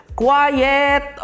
quiet